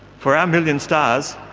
for our million stars,